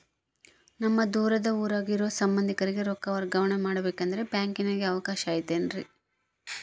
ನಮ್ಮ ದೂರದ ಊರಾಗ ಇರೋ ಸಂಬಂಧಿಕರಿಗೆ ರೊಕ್ಕ ವರ್ಗಾವಣೆ ಮಾಡಬೇಕೆಂದರೆ ಬ್ಯಾಂಕಿನಾಗೆ ಅವಕಾಶ ಐತೇನ್ರಿ?